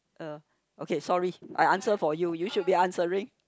uh okay sorry I answer for you you should be answering